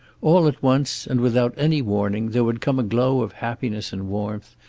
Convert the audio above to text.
all at once, and without any warning, there would come a glow of happiness and warmth,